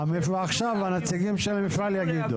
עכשיו הנציגים של המפעל יגידו.